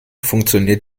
funktioniert